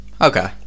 Okay